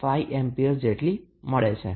5A મળે છે